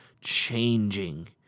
changing